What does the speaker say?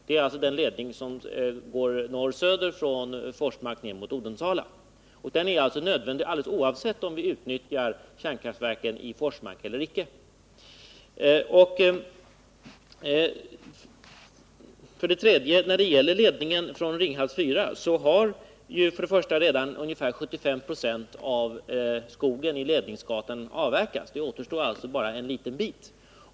Det är alltså fråga om den ledning som går i riktning norr-söder från Forsmark och ned emot Odensala. Den ledningen är nödvändig oavsett om vi utnyttjar kärnkraftverken i Forsmark eller inte. För det tredje — när det gäller ledningen från Ringhals 4 — har ju ungefär 75 96 av skogen i ledningsgatan redan avverkats. Det återstår alltså bara en liten bit.